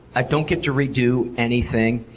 i don't get to redo anything.